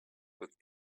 with